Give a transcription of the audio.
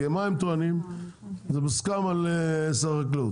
כי מה הם טוענים זה זה מוסכם על שר החקלאות,